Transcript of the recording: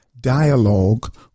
dialogue